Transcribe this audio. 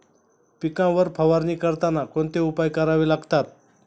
पिकांवर फवारणी करताना कोणते उपाय करावे लागतात?